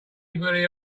anybody